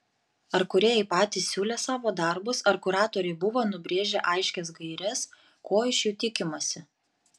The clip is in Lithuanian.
ar kūrėjai patys siūlė savo darbus ar kuratoriai buvo nubrėžę aiškias gaires ko iš jų tikimasi